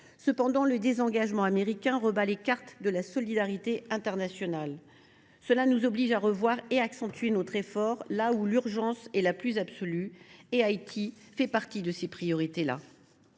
Cependant le désengagement américain rebat les cartes de la solidarité internationale. Il nous oblige à revoir et à accentuer notre effort aux endroits où l’urgence est la plus absolue. Haïti fait partie des priorités.